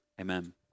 Amen